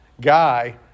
guy